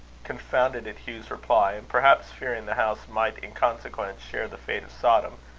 confounded at hugh's reply, and perhaps fearing the house might in consequence share the fate of sodom,